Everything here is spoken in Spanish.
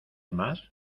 más